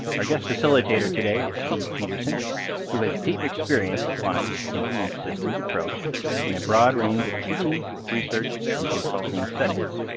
our guest facilitator today is steve peterson who has deep experience applying the thinking in systems approach in a broad range of teaching, research, and consulting settings.